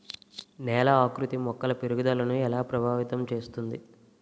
నేల ఆకృతి మొక్కల పెరుగుదలను ఎలా ప్రభావితం చేస్తుంది?